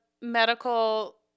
medical